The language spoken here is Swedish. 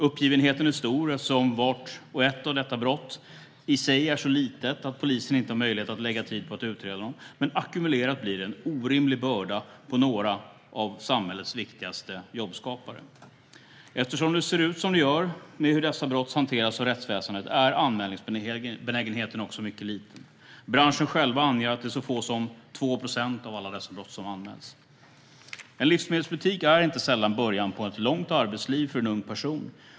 Uppgivenheten är stor, eftersom dessa brott vart och ett för sig är så små att polisen inte har möjlighet att lägga tid på att utreda dem, men ackumulerat blir det en orimlig börda på några av samhällets viktigaste jobbskapare. Eftersom det ser ut som det gör med hur dessa brott hanteras av rättsväsendet är anmälningsbenägenheten mycket liten. Branschen själv anger att det är så få som 2 procent av alla dessa brott som anmäls. En livsmedelsbutik är inte sällan början på ett långt arbetsliv för en ung person.